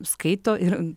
skaito ir